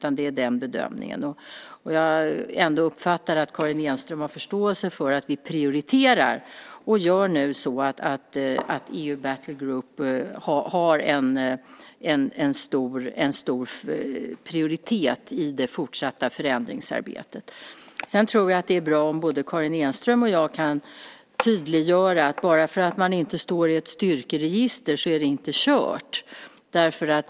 Jag uppfattar ändå att Karin Enström har förståelse för att vi prioriterar och nu gör så att EU Battle Group har en stor prioritet i det fortsatta förändringsarbetet. Sedan tror jag att det är bra om både Karin Enström och jag kan tydliggöra att det inte är kört bara därför att man inte står i ett styrkeregister.